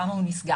למה הוא נסגר?